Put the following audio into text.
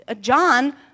John